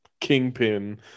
kingpin